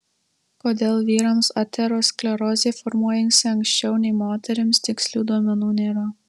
kodėl vyrams aterosklerozė formuojasi anksčiau nei moterims tikslių duomenų nėra